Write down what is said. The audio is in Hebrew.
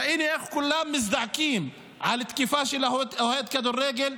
ראינו איך כולם מזדעקים על התקיפה של אוהד הכדורגל,